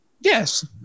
Yes